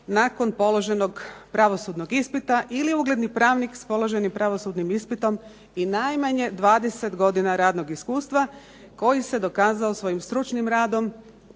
nakon položenog pravosudnog ispita ili ugledni pravnik s položenim pravosudnim ispitom i najmanje 20 godina radnog iskustva koji se dokazao svojim stručnim radom